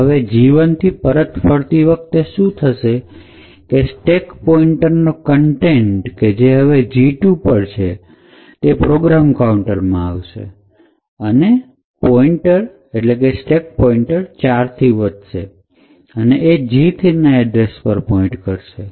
તો હવે G ૧થી પરત ફરતી વખતે શું થશે કે સ્ટેક પોઇન્ટનો કન્ટેન્ટ કે જે હવે G ૨ છે એ પ્રોગ્રામ કાઉન્ટર માં આવશે અને પોઇન્ટર 4 થી વધશે અને એ G ૩ ના એડ્રેસને પોઇન્ટ કરશે